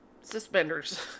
suspenders